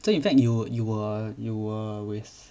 so in fact you you were you were with